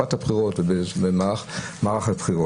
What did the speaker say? בתקופת הבחירות או במערך הבחירות.